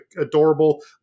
adorable